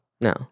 No